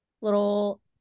little